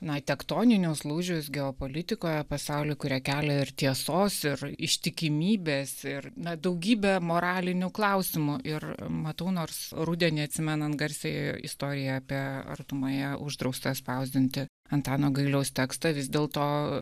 na tektoninius lūžius geopolitikoje pasauly kurią kelia ir tiesos ir ištikimybės ir na daugybė moralinių klausimų ir matau nors rudenį atsimenant garsiąją istoriją apie artumoje uždraustą spausdinti antano gailiaus tekstą vis dėlto